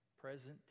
Present